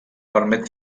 permet